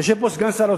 יושב פה סגן שר האוצר,